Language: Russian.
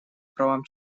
правам